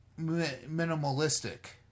minimalistic